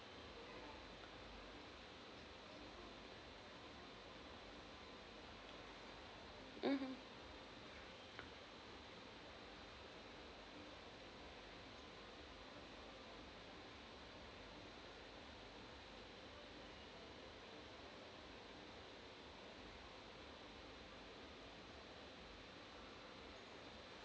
mmhmm